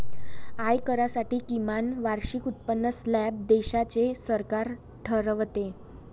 आयकरासाठी किमान वार्षिक उत्पन्न स्लॅब देशाचे सरकार ठरवते